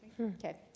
Okay